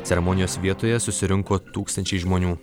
ceremonijos vietoje susirinko tūkstančiai žmonių